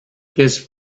his